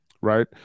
right